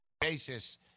basis